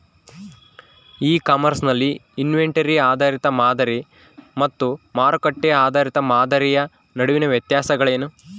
E commerce ನಲ್ಲಿ inventory ಆಧಾರಿತ ಮಾದರಿ ಮತ್ತು ಮಾರುಕಟ್ಟೆ ಆಧಾರಿತ ಮಾದರಿಯ ನಡುವಿನ ವ್ಯತ್ಯಾಸಗಳೇನು?